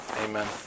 Amen